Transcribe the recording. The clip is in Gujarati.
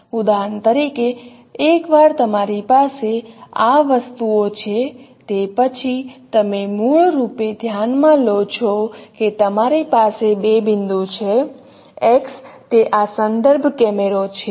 ઉદાહરણ તરીકે એકવાર અમારી પાસે આ વસ્તુઓ છે તે પછી તમે મૂળરૂપે ધ્યાનમાં લો છો કે તમારી પાસે બે બિંદુ છે x તે આ સંદર્ભ કેમેરો છે